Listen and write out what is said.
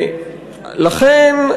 לכן,